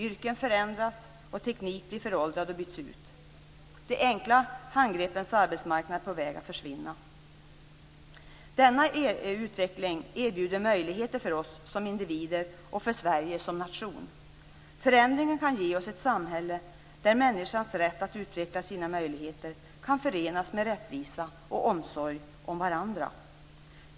Yrken förändras, teknik blir föråldrad och byts ut. De enkla handgreppens arbetsmarknad är på väg att försvinna. Denna utveckling erbjuder möjligheter för oss som individer och för Sverige som nation. Förändringen kan ge oss ett samhälle där människans rätt att utveckla sina möjligheter kan förenas med rättvisa och omsorg om varandra.